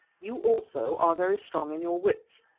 you also are very strong in your wits,